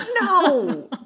no